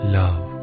love